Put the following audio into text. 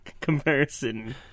comparison